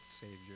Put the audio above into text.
Savior